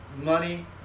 money